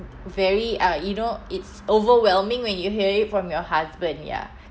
very uh you know it's overwhelming when you hear it from your husband ya